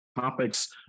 topics